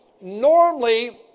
Normally